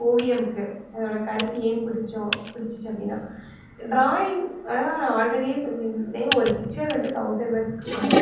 ஓவியமுக்கு அதோடய கருத்து ஏன் பிடிச்சோம் பிடிச்சிச்சி அப்படின்னா ட்ராயிங் அதான் ஆல்ரெடியே சொல்லியிருந்தேன் ஒரு பிக்சர் வந்துட்டு தௌசண்ட் வேர்ட்ஸுக்கு சமம்